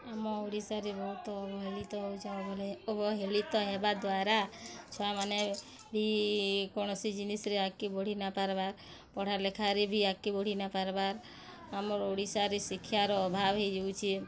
ଆମ ଓଡ଼ିଶାରେ ବହୁତ ଅବହେଲିତ ହେଉଛେ ଅବହେଲିତ ହେବା ଦ୍ଵାରା ଛୁଆମାନେ ବି କୌଣସି ଜିନିଷରେ ଆଗକେ ବଢ଼ି ନାଇଁ ପାରବାର୍ ପଢ଼ାଲେଖାରେ ବି ଆଗକେ ବଢ଼ି ନାଇଁ ପାରବାର୍ ଆମର୍ ଓଡ଼ିଶାରେ ଶିକ୍ଷାର୍ ଅଭାବ ହେଇଯାଉଛେ